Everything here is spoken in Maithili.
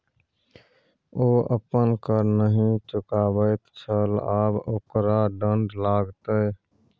ओ अपन कर नहि चुकाबैत छल आब ओकरा दण्ड लागतै